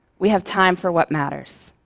we have time for what matters.